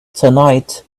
tonight